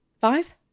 five